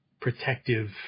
protective